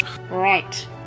Right